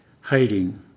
hiding